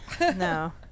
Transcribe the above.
No